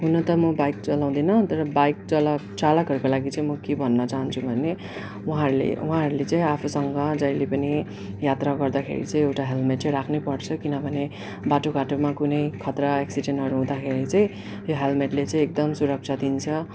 हुन त म बाइक चलाउँदिन तर बाइक चालक चालकहरूको लागि चाहिँ म के भन्न चाहन्छु भने उहाँहरूले उहाँहरूले चाहिँ आफूसँग जहिल्यै पनि यात्रा गर्दाखेरि चाहिँ एउटा हेलमेट चाहिँ राख्नै पर्छ किनभने बाटोघाटोमा कुनै खतरा एक्सिडेन्टहरू हुदाँखेरि चाहिँ यो हेलमेटले चाहिँ एकदम सुरक्षा दिन्छ